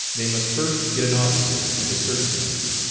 they must first get an officer and a search warrant.